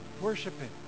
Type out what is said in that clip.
Worshiping